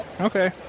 Okay